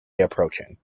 approaching